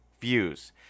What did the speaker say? views